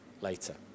later